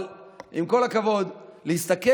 אבל עם כל הכבוד, להסתכל